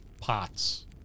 pots